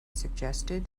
suggested